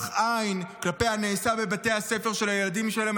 עין כלפי הנעשה בבתי הספר של הילדים שלהם.